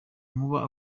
nkuba